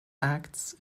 acts